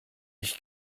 ich